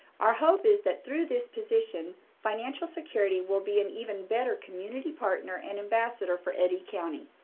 our hope is that through this position, financial security will be an even better community partner and ambassador for eddy county.